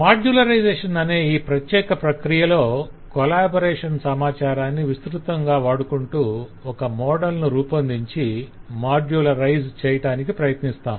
modularisation అనే ఈ ప్రత్యెక ప్రక్రియలో కొలాబరేషన్ సమాచారాన్ని విస్తృతంగా వాడుకుంటూ ఒక మోడల్ ను రూపొందించి మాడ్యులరైజ్ చెయ్యటానికి ప్రయత్నిస్తాం